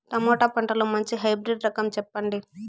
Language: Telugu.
టమోటా పంటలో మంచి హైబ్రిడ్ రకం చెప్పండి?